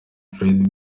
fred